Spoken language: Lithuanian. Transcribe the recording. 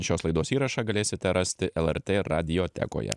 šios laidos įrašą galėsite rasti lrt radiotekoje